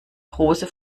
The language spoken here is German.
große